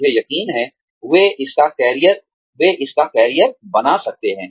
मुझे यकीन है वे इसका करियर बना सकते हैं